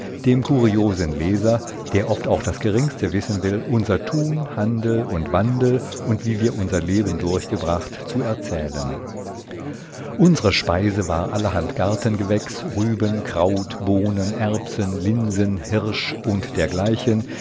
dem kuriosen leser der auch oft das geringste wissen will unser tun handel und wandel und wie wir unser leben durchgebracht zu erzählen unsre speise war allerhand gartengewächs rüben kraut bohnen erbsen linsen hirsch und dergleichen